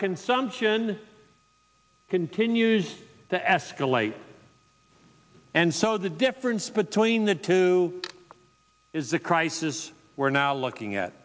consumption continues to escalate and so the difference between the two is the crisis we're now looking at